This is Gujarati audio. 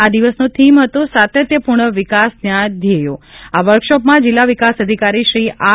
આ દિવસનો થીમ હતો સાતત્યપૂર્ણ વિકાસના ધ્યેયો આ વર્કશોપમાં જિલ્લા વિકાસ અધિકારી શ્રી આર